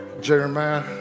Jeremiah